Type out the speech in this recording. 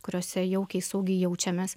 kuriose jaukiai saugiai jaučiamės